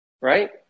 right